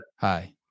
Hi